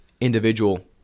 individual